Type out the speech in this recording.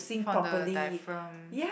from the diaphragm